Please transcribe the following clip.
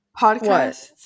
Podcasts